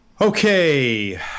Okay